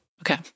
Okay